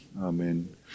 Amen